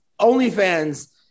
OnlyFans